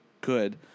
good